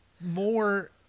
more